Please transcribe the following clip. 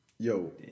Yo